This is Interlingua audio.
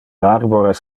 arbores